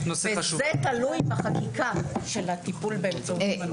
זה תלוי בחקיקה של הטיפול באמצעות אומניות.